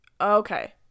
Okay